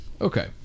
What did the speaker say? okay